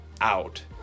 out